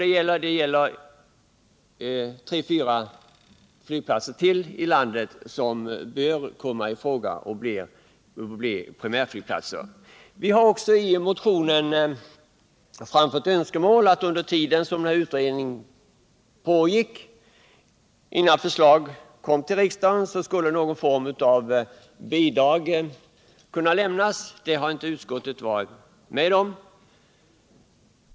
Det gäller inte bara Växjö, utan tre fyra flygplatser till i landet bör komma i fråga som primärflygplats. Vi har också i motioner framfört önskemål om att, under tiden som utredningsarbetet pågår, någon form av statsbidrag skulle införas. Utskottet har inte velat vara med om det.